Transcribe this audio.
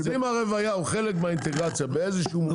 אז אם הרביה היא חלק מהאינטגרציה, אם